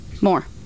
more